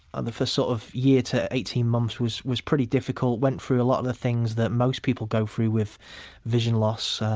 and the first sort of year to eighteen months, was was pretty difficult, went through a lot of the things that most people go through with vision loss,